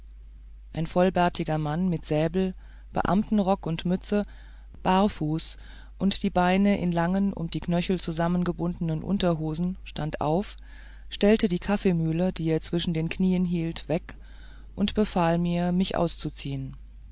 ein vollbärtiger mann mit säbel beamtenrock und mütze barfuß und die beine in langen um die knöchel zusammengebundenen unterhosen stand auf stellte die kaffeemühle die er zwischen den knien hielt weg und befahl mir mich auszuziehen